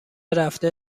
رفته